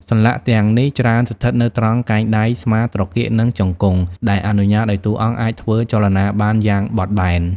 សន្លាក់ទាំងនេះច្រើនស្ថិតនៅត្រង់កែងដៃ ស្មា ត្រគាក និងជង្គង់ ដែលអនុញ្ញាតឲ្យតួអង្គអាចធ្វើចលនាបានយ៉ាងបត់បែន។